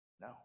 No